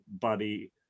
buddy